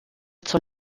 zur